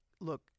look